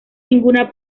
ninguna